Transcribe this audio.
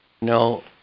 No